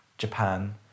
japan